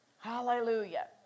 hallelujah